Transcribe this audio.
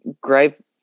gripe